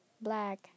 black